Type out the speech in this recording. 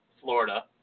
Florida